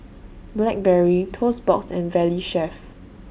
Blackberry Toast Box and Valley Chef